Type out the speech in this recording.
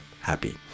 happy